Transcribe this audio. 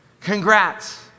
Congrats